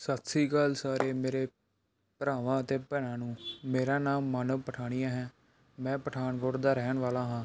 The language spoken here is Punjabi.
ਸਤਿ ਸ਼੍ਰੀ ਅਕਾਲ ਸਾਰੇ ਮੇਰੇ ਭਰਾਵਾਂ ਅਤੇ ਭੈਣਾਂ ਨੂੰ ਮੇਰਾ ਨਾਮ ਮਾਨਵ ਪਠਾਣੀਆ ਹੈ ਮੈਂ ਪਠਾਨਕੋਟ ਦਾ ਰਹਿਣ ਵਾਲਾ ਹਾਂ